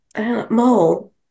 Mole